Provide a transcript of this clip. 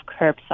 curbside